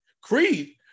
Creed